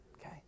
Okay